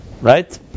Right